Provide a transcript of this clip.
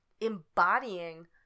embodying